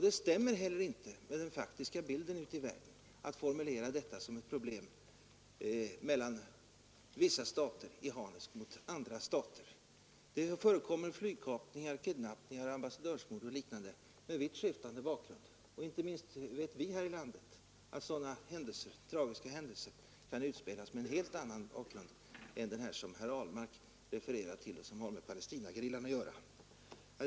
Det stämmer inte heller med de faktiska förhållandena ute i världen att formulera detta som ett problem mellan vissa stater i harnesk mot andra. Det förekommer flygkapningar, kidnapping, ambassadörsmord osv. med vitt skiftande bakgrund. Inte minst vet vi i vårt land att sådana tragiska händelser kan inträffa med en helt annan bakgrund än den som herr Ahlmark refererar till och som har samband med Palestinagerillan.